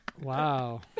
Wow